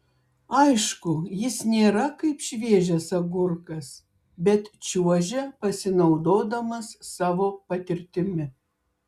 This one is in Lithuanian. aišku jis nėra kaip šviežias agurkas bet čiuožia pasinaudodamas savo patirtimi